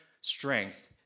strength